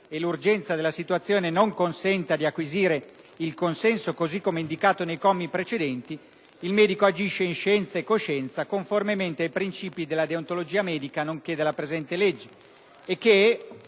e l'urgenza della situazione non consenta di acquisire il consenso così come indicato nei commi precedenti, il medico agisce in scienza e coscienza, conformemente ai principi della deontologia medica nonché della presente legge» e che